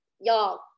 y'all